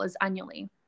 annually